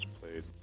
played